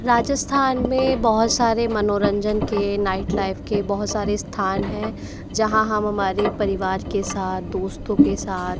राजस्थान में बहुत सारे मनोरंजन के नाईट लाइफ के बहुत सारे स्थान है जहाँ हम हमारे परिवार के साथ दोस्तों के साथ